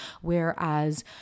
whereas